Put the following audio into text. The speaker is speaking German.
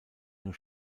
nur